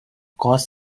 cause